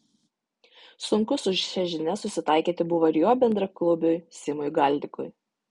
sunku su šia žinia susitaikyti buvo ir jo bendraklubiui simui galdikui